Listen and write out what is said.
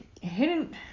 Hidden